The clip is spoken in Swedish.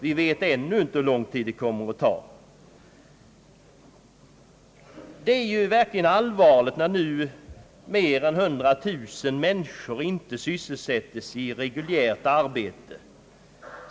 Vi vet inte hur lång tid det kommer att ta. Det är verkligen allvarligt, när nu cirka 100000 människor inte sysselsättes i reguljärt arbete.